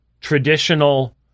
traditional